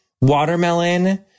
watermelon